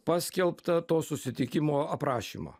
paskelbtą to susitikimo aprašymą